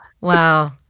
Wow